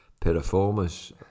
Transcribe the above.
piriformis